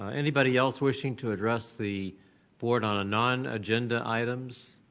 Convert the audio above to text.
anybody else wishing to address the board on a non-agenda items?